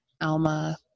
Alma